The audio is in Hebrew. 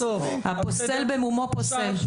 הפוסל במומו פוסל.